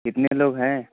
कितने लोग हैं